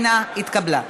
לא התקבלה.